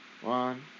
One